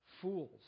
fools